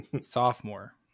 Sophomore